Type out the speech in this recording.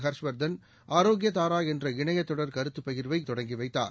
ஹர்ஷ்வர்தன் ஆரோக்ய தாரா என்ற இணைய தொடர் கருத்துப் பகிர்வைதொடங்கி வைத்தார்